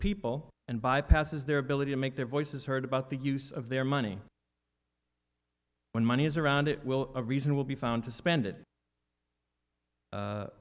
people and bypasses their ability to make their voices heard about the use of their money when money is around it will a reason will be found to spend